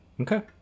Okay